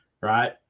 right